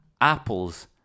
apples